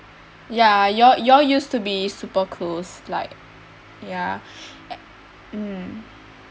ya you all you all used to be super close like ya mm